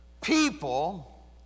people